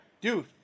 dude